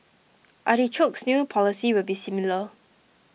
Artichoke's new policy will be similar